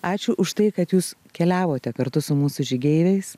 ačiū už tai kad jūs keliavote kartu su mūsų žygeiviais